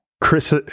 chris